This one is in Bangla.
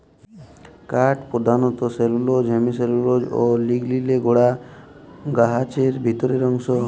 কাঠ পরধালত সেলুলস, হেমিসেলুলস অ লিগলিলে গড়া গাহাচের ভিতরকার অংশ